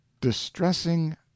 distressing